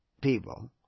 people